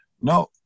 no